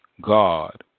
God